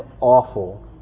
awful